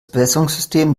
bewässerungssystem